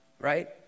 right